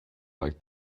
like